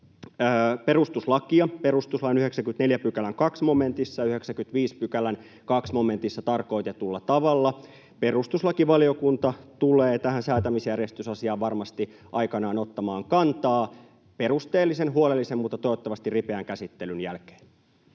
perustuslakia perustuslain 94 §:n 2 momentissa ja 95 §:n 2 momentissa tarkoitetulla tavalla. Perustuslakivaliokunta tulee tähän säätämisjärjestysasiaan varmasti aikanaan ottamaan kantaa perusteellisen, huolellisen mutta toivottavasti ripeän käsittelyn jälkeen.